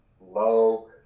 low